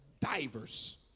Divers